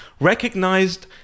recognized